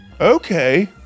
Okay